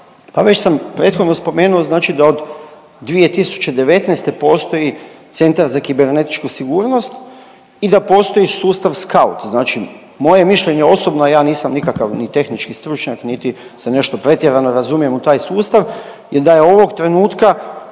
Pa već sam prethodno spomenuo znači da od 2019. postoji Centar za kibernetičku sigurnost i da postoji sustav SKAUT. Znači moje je mišljenje osobno, a ja nisam nikakav ni tehnički stručnjak niti se nešto pretjerano razumijem u taj sustav, je da je ovog trenutka